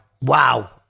wow